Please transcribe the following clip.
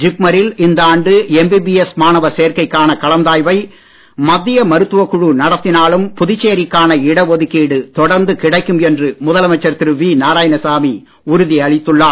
ஜிப்மரில் இந்த ஆண்டு எம்பிபிஎஸ் மாணவர் சேர்க்கைக்கான கலந்தாய்வை மத்திய மருத்துவக் குழு நடத்தினாலும் புதுச்சேரிக்கான இடஒதுக்கீடு தொடர்ந்து கிடைக்கும் என்று முதலமைச்சர் திரு வி நாராயணசாமி உறுதி அளித்துள்ளார்